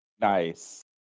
Nice